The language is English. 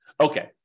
Okay